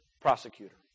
prosecutor